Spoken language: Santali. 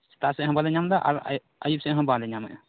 ᱥᱮᱛᱟᱜ ᱥᱮᱫ ᱦᱚᱸ ᱵᱟᱝᱞᱮ ᱧᱟᱢᱮᱫᱟ ᱟᱨ ᱟᱹᱭᱩᱵ ᱟᱹᱭᱩᱵ ᱥᱮᱫ ᱦᱚᱸ ᱵᱟᱝᱞᱮ ᱧᱟᱢᱮᱫᱟ